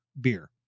beer